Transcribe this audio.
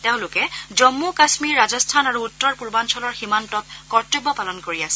তেওঁলোকে জম্মু কাম্মীৰ ৰাজস্থান আৰু উত্তৰ পূৰ্বাঞ্চলৰ সীমান্তত কৰ্তব্য পালন কৰি আছে